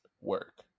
Work